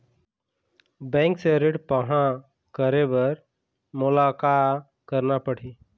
Bank से ऋण पाहां करे बर मोला का करना पड़ही?